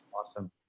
awesome